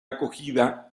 acogida